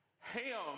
Ham